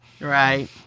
Right